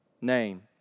name